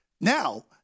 now